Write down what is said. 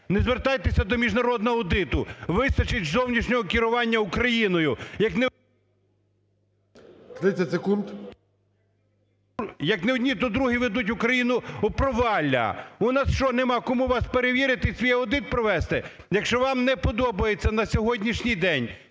Не звертайтеся до міжнародного аудиту, вистачить зовнішнього керування Україною... ГОЛОВУЮЧИЙ. 30 секунд. ШУРМА І.М. Як одні, то другі ведуть Україну у провалля. У нас що нема кому вас перевірити, свій аудит провести? Якщо вам не подобаються на сьогоднішній день